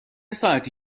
ساعتی